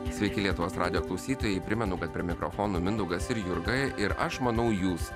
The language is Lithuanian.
sveiki lietuvos radijo klausytojai primenu kad per mikrofoną mindaugas ir jurga ir aš manau jūs